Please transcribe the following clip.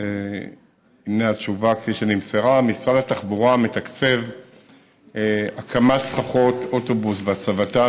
הינה התשובה כפי שנמסרה: משרד התחבורה מתקצב הקמת סככות אוטובוס והצבתן